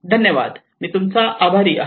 धन्यवाद मी तूमचा आभारी आहे